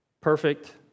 perfect